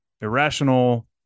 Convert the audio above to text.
irrational